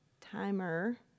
Timer